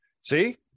See